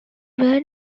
word